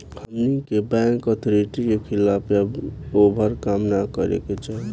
हमनी के bank authority के खिलाफ या ओभर काम न करे के चाही